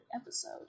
episode